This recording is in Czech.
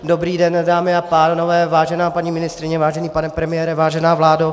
Dobrý den, dámy a pánové, vážená paní ministryně, vážený pane premiére, vážená vládo.